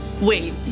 wait